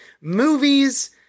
movies